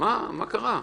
מה קרה?